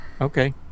okay